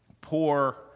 Poor